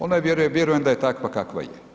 Ona je vjerujem da je takva kakva je.